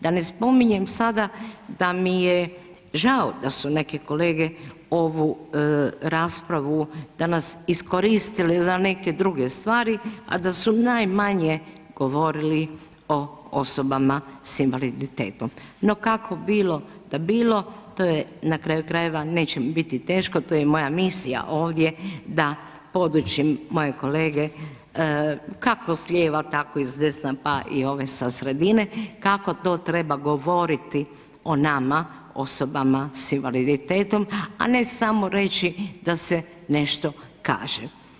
Da ne spominjem sada da mi je žao da su neke kolege ovu raspravu danas iskoristili za neke druge stvari, a da su najmanje govorili o osobama s invaliditetom, no kako bilo da bilo, to je, na kraju krajeva neće mi biti teško, to je i moja misija ovdje da podučim moje kolege kako s lijeva, tako i s desna, pa i ove sa sredine, kako to treba govoriti o nama osobama s invaliditetom, a ne samo reći da se nešto kaže.